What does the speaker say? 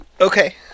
Okay